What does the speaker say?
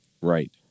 Right